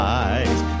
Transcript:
eyes